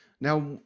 Now